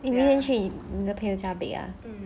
明天去你的